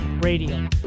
Radio